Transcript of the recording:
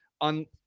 on